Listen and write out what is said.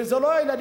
וזה לא הילדים,